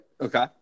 Okay